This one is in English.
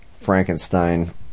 Frankenstein